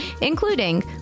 including